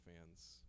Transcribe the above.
fans